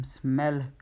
smell